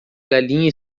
galinha